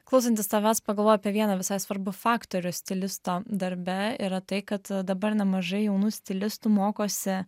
klausantis savęs pagalvoja apie vieną visai svarbu faktorių stilisto darbe yra tai kad dabar nemažai jaunų stilistų mokosi